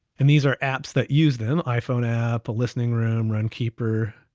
and these are apps that use them. iphone app, a listening room, runkeeper.